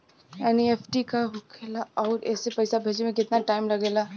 NEFT का होखे ला आउर एसे पैसा भेजे मे केतना टाइम लागेला?